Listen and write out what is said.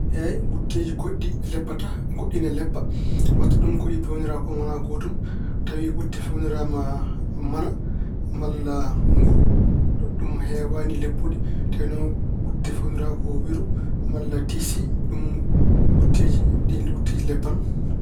Eey, wutteeji goɗɗi leppataa, goɗɗi ne leppa. Waɗta ɗum ko ɗi peewnira ko wonaa gootum. Tawi wutte feewniraama mana malla nguru, ɗum heewaani leppude. Tawi noon wutte feewnira ko wiro malla tisi, ɗum wutteeji- ɗiin wutteeji leppan.